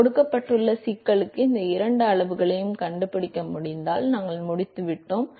எனவே கொடுக்கப்பட்ட சிக்கலுக்கு இந்த இரண்டு அளவுகளையும் கண்டுபிடிக்க முடிந்தால் நாங்கள் முடித்துவிட்டோம்